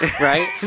right